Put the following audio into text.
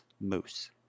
moose